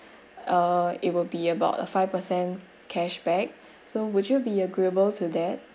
uh it will be about a five per cent cashback so would you be agreeable to that